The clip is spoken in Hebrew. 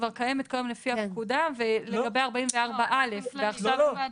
אבל זה לגבי ועדת שכבר קיימת כיום לפי הפקודה ולגבי 44א. לא,